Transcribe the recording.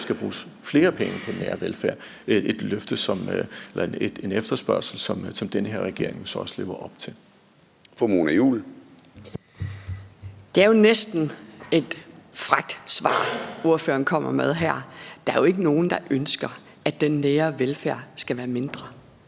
Det er jo næsten et frækt svar, ordføreren kommer med her. Der er jo ikke nogen, der ønsker, at den nære velfærd skal være mindre.